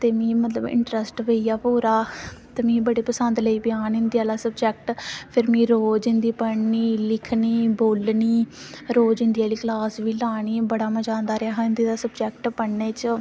ते मिगी मतलब इंटरस्ट पेई गेआ पूरा ते मिगी बड़ा पसंद लग्गी पेआ औन हिंदी आह्ला सब्जेक्ट ते भी में रोज़ हिंदी पढ़नी लिखनी ते समझनी रोज़ हिंदी आह्ली क्लॉस लानी बड़ा मज़ा आंदा रेहा ते हिंदी सब्जेक्ट पढ़ने च